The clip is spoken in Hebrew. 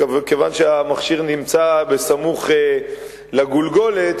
כיוון שהמכשיר נמצא סמוך לגולגולת,